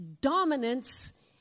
dominance